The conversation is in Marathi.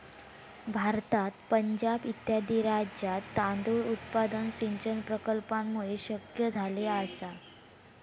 भारतात पंजाब इत्यादी राज्यांत तांदूळ उत्पादन सिंचन प्रकल्पांमुळे शक्य झाले आसा